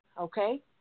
okay